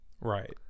right